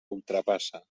ultrapassa